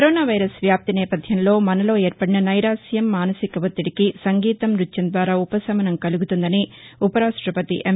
corona virus వ్యాప్తి నేపథ్యంలో మనలో ఏర్పడిన నైరాశ్యం మానసిక ఒత్తిడికి సంగీతం న్బత్యం ద్వారా ఉపశమనం కలుగుతుందని ఉపరాష్టపతి ఎం